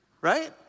Right